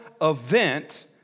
event